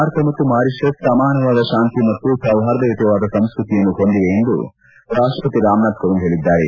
ಭಾರತ ಮತ್ತು ಮೌರಿಷಸ್ ಸಮಾನವಾದ ಶಾಂತಿ ಮತ್ತು ಸೌಹಾರ್ದಯುತವಾದ ಸಂಸ್ಕೃತಿಯನ್ನು ಹೊಂದಿವೆ ಎಂದು ರಾಷ್ಟ್ರಪತಿ ರಾಮನಾಥ್ ಕೊವಿಂದ್ ಹೇಳಿದ್ದಾರೆ